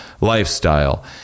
lifestyle